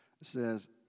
says